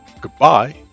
Goodbye